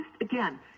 again